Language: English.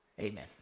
Amen